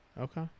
Okay